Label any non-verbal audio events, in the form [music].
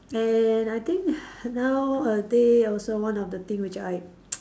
and I think [breath] nowadays also one of the thing which I [noise]